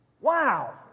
wow